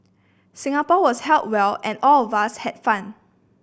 Singapore was held well and all of us had fun